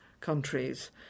countries